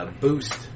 boost